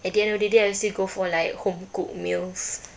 at the end of the day I'll still go for like home-cooked meals